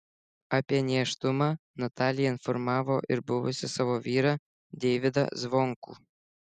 apie nėštumą natalija informavo ir buvusį savo vyrą deivydą zvonkų